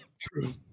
True